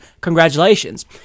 Congratulations